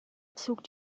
zog